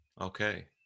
okay